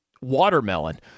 watermelon